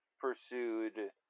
pursued